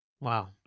Wow